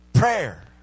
Prayer